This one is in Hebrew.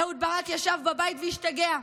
אהוד ברק ישב בבית והשתגע,